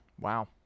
Wow